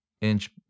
inch